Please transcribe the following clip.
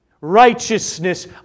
righteousness